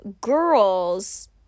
girls